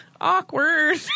awkward